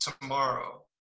tomorrow